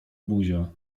buzia